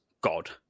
God